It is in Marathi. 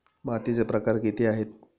मातीचे प्रकार किती आहेत?